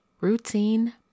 Routine